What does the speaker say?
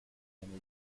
them